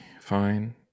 fine